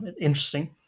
interesting